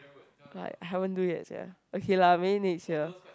but I haven't do yet sia okay lah maybe next year